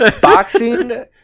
Boxing